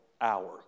hour